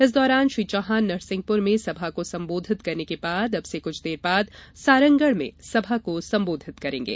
इस दौरान श्री चौहान नरसिंहपुर में सभा को संबोधित करने के बाद अब से कुछ देर बाद सारंगगढ़ में सभा को संबोधित करेंगे